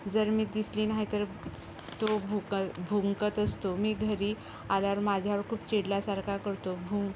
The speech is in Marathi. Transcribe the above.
जर मी दिसली नाही तर तो भुकल भुंकत असतो मी घरी आल्यावर माझ्यावर खूप चिडल्यासारखा करतो